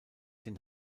den